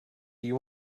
you